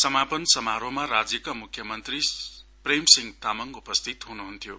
समापन समारोहमा राज्यका मुख्य मन्त्री प्रेम सिंह तामाङ उपस्थित हुनुहुन्थ्यो